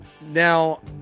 now